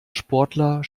sportler